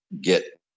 get